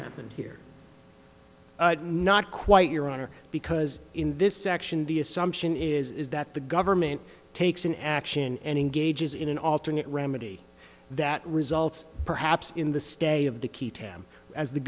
happen here not quite your honor because in this section the assumption is that the government takes an action and engages in an alternate remedy that results perhaps in the stay of the key tam as the